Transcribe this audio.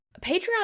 Patreon